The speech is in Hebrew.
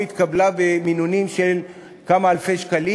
או התקבלה במינונים של כמה אלפי שקלים.